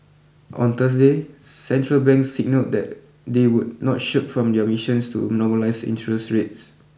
on Thursday central banks signalled that they would not shirk from their missions to normalise interest rates